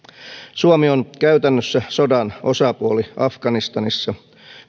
suomi on käytännössä sodan osapuoli afganistanissa